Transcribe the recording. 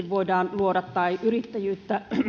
voidaan luoda tai yrittäjyyttä